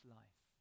life